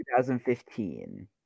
2015